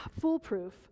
foolproof